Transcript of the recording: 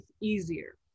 easier